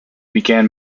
began